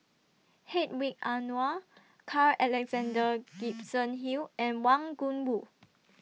Hedwig Anuar Carl Alexander Gibson Hill and Wang Gungwu